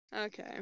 Okay